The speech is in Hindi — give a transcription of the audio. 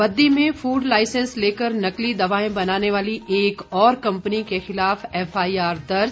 बद्दी में फूड लाईसैंस लेकर नकली दवाएं बनाने वाली एक और कम्पनी के खिलाफ एफआईआर दर्ज